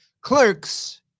Clerks